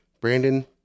Brandon